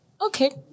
okay